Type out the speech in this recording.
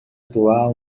atual